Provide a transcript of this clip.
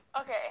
Okay